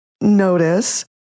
notice